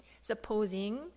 Supposing